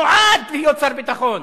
נועד להיות שר הביטחון.